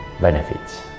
benefits